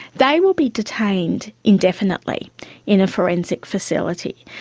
they will be detained indefinitely in a forensic facility.